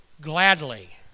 gladly